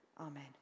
Amen